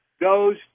goes